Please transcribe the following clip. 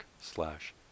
slash